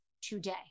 today